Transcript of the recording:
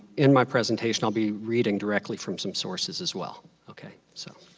in my presentation i'll be reading directly from some sources as well. okay? so